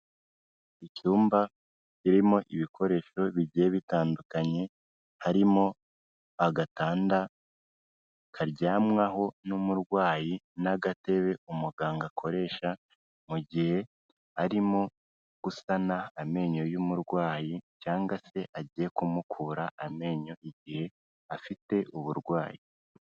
Icyumba kirimo ibikoresho bigiye bitandukanye, harimo agatanda karyamwaho n'umurwayi n'agatebe umuganga akoresha mu gihe arimo gusana amenyo y'umurwayi, cyangwa se agiye kumukura amenyo igihe afite uburwayi.